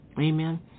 Amen